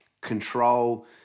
control